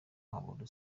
habura